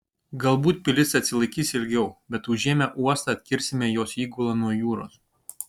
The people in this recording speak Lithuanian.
galbūt pilis atsilaikys ilgiau bet užėmę uostą atkirsime jos įgulą nuo jūros